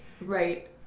Right